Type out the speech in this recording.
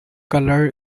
colour